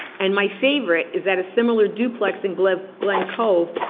and my favorite is that a similar duplex in glen glen cove,